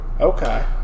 Okay